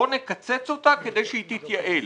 בואו נקצץ אותה כדי שהיא תתייעל.